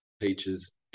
teachers